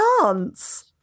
chance